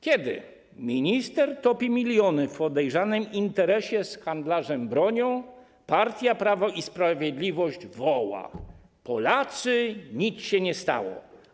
Kiedy minister topi miliony w podejrzanym interesie z handlarzem bronią, partia Prawo i Sprawiedliwość woła: Polacy, nic się nie stało.